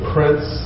Prince